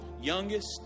youngest